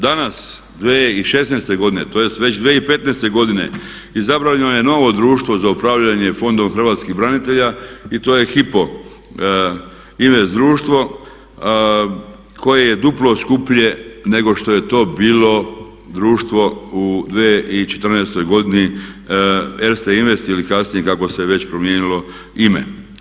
Danas 2016. godine, tj. već 2015. godine izabrano je novo društvo za upravljanje Fondom hrvatskih branitelja i to je Hypo invest društvo koje je duplo skuplje nego što je to bilo društvo u 2014.godini Erste invest ili kasnije kako se već promijenilo ime.